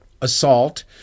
assault